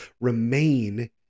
Remain